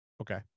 Okay